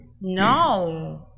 No